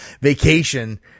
vacation